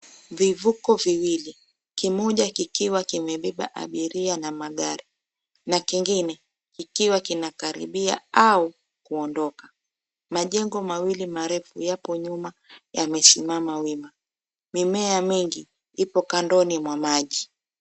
Vivuko viwili, kimoja kikiwa kimebeba abiria na magari na kingine kikiwa kimekaribia au kuondoka. Majengo mawili marefu yapo nyuma yamesimama wima, mimea mingi ipo kandoni mwa maji.